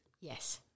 Yes